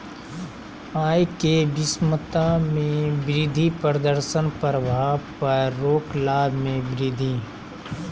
आय के विषमता में वृद्धि प्रदर्शन प्रभाव पर रोक लाभ में वृद्धि